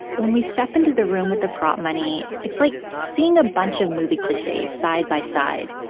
when we step into the room with the prop money, it's like seeing a bunch of movie cliches side by side.